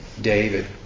David